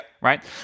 Right